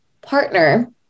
partner